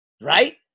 right